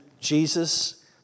Jesus